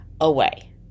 away